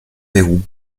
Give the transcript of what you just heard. verrous